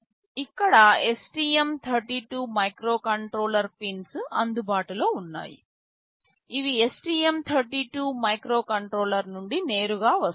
ఇక్కడ STM32 microcontroller pins అందుబాటులో ఉన్నాయి ఇవి STM32 మైక్రోకంట్రోలర్ నుండి నేరుగా వస్తాయి